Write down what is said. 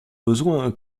besoins